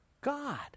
God